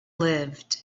lived